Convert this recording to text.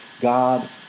God